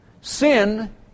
Sin